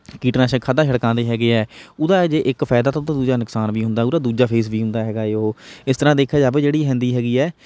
ਕੀਟਨਾਸ਼ਕ ਖਾਦਾਂ ਛੜਕਾਉਂਦੇ ਹੈਗੇ ਹੈ ਉਹਦਾ ਜੇ ਇੱਕ ਫਾਇਦਾ ਤਾਂ ਦੂਜਾ ਨੁਕਸਾਨ ਵੀ ਹੁੰਦਾ ਉਹਦਾ ਦੂਜਾ ਫੇਸ ਵੀ ਹੁੰਦਾ ਹੈਗਾ ਏ ਉਹ ਇਸ ਤਰ੍ਹਾਂ ਦੇਖਿਆ ਜਾਵੇ ਜਿਹੜੀ ਹੁੰਦੀ ਹੈਗੀ ਹੈ